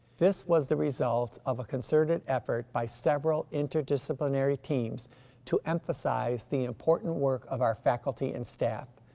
this was the result of a concerted effort by several interdisciplinary teams to emphasize the important work of our faculty and staff.